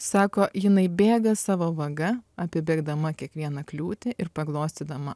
sako jinai bėga savo vaga apibėgdama kiekvieną kliūtį ir paglostydama